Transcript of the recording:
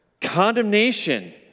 Condemnation